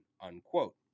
unquote